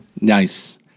nice